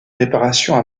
réparations